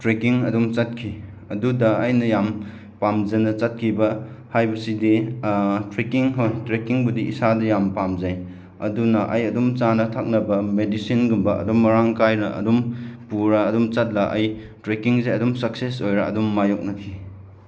trekking ꯑꯗꯨꯝ ꯆꯠꯈꯤ ꯑꯗꯨꯗ ꯑꯩꯅ ꯌꯥꯝ ꯄꯥꯝꯖꯅ ꯆꯠꯈꯤꯕ ꯍꯥꯏꯕꯁꯤꯗꯤ ꯇ꯭ꯔꯦꯀꯤꯡ ꯍꯣꯏ ꯇ꯭ꯔꯦꯀꯤꯡꯕꯨꯗꯤ ꯏꯁꯥꯗ ꯌꯥꯝ ꯄꯥꯝꯖꯩ ꯑꯗꯨꯅ ꯑꯩ ꯑꯗꯨꯝ ꯆꯥꯅ ꯊꯛꯅꯕ ꯃꯦꯗꯤꯁꯤꯟꯒꯨꯝꯕ ꯑꯗꯨꯝ ꯃꯔꯥꯡ ꯀꯥꯏꯅ ꯑꯗꯨꯝ ꯄꯨꯔꯒ ꯑꯗꯨꯝ ꯆꯠꯂ ꯑꯩ ꯇ꯭ꯔꯦꯀꯤꯡꯁꯦ ꯑꯗꯨꯝ ꯁꯛꯁꯦꯁ ꯑꯣꯏꯔꯒ ꯑꯗꯨꯝ ꯃꯥꯏꯌꯣꯛꯅꯈꯤ